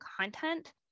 content